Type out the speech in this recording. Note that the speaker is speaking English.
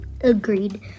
Agreed